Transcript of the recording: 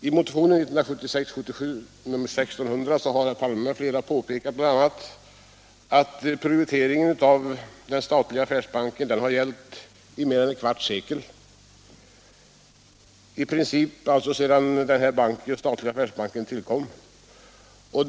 I motionen skyldighet att anlita 1600 av herr Palme m.fl. påpekas bl.a. att prioriteringen av den statliga — PK-banken affärsbanken har gällt i mer än ett kvarts sekel, dvs. i princip sedan tillkomsten av den statliga affärsbanken.